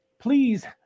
please